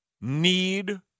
need